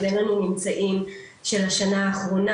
אז אין לנו את הממצאים של השנה האחרונה,